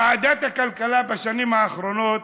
ועדת הכלכלה בשנים האחרונות